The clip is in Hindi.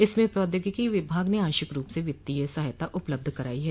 इसमें प्रौद्योगिकी विभाग ने आंशिक रूप से वित्तीय सहायता उपलब्ध कराई है